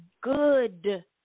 good